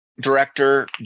director